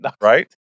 right